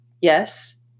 Yes